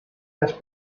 las